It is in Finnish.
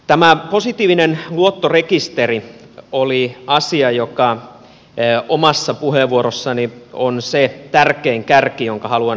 tämä positiivinen luottorekisteri oli asia joka omassa puheenvuorossani on se tärkein kärki jonka haluan esille nostaa